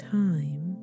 time